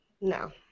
No